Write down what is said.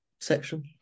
section